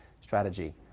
strategy